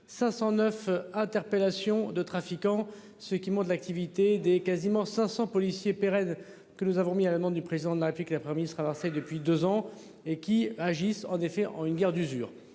509 interpellations de trafiquants. Ce qui monte de l'activité des quasiment 500 policiers Perez, que nous avons mis à la demande du président de la et puis que le 1er ministre a lancé depuis 2 ans et qui agissent en effet en une guerre d'usure,